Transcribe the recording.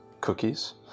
cookies